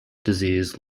disease